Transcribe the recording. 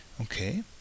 Okay